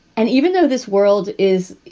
and even though this world is,